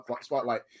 Spotlight